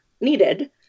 needed